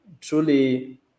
truly